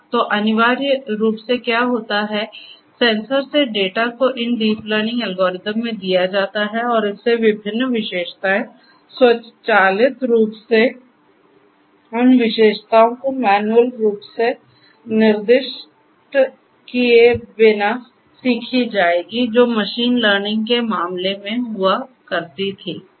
तो अनिवार्य रूप से क्या होता है सेंसर से डेटा को इन डीप लर्निंग एल्गोरिदम में दिया जाता है और इससे विभिन्न विशेषताएं स्वचालित रूप से उन विशेषताओं को मैन्युअल रूप से निर्दिष्ट किए बिना सीखी जाएंगी जो मशीन लर्निंग के मामले में हुआ करती थीं